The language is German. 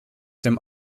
dem